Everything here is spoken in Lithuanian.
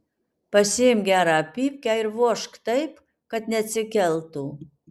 pasiimk gerą pypkę ir vožk taip kad neatsikeltų